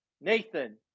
Nathan